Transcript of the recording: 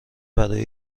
برای